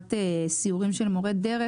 לטובת סיורים של מורי דרך.